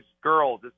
girls